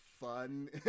fun